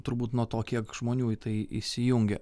turbūt nuo to kiek žmonių į tai įsijungia